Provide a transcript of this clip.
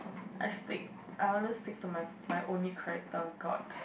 I stick I only stick to my my only character god